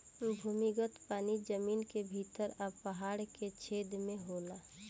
भूमिगत पानी जमीन के भीतर आ पहाड़ के छेद में होला